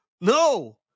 no